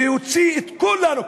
להוציא את כולנו,